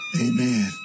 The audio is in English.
Amen